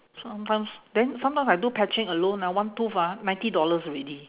sometimes then sometimes I do patching alone ah one tooth ah ninety dollars already